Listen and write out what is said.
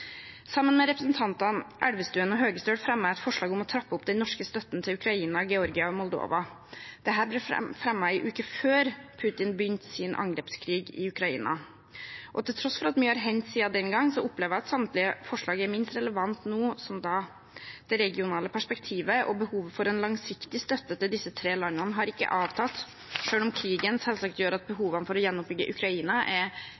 Sammen med representantene Elvestuen og Høgestøl fremmer jeg et forslag om å trappe opp den norske støtten til Ukraina, Georgia og Moldova. Dette ble fremmet en uke før Putin begynte sin angrepskrig i Ukraina. Til tross for at mye har hendt siden den gang, opplever jeg at samtlige forslag er minst like relevant nå som da. Det regionale perspektivet og behovet for en langsiktig støtte til disse tre landene har ikke avtatt, selv om krigen selvsagt gjør at behovene for å gjenoppbygge Ukraina er